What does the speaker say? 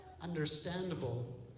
understandable